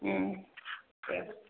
दे